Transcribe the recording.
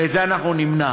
ואת זה אנחנו נמנע.